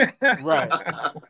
Right